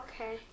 okay